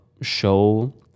show